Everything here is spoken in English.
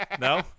No